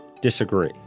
disagree